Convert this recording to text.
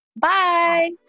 Bye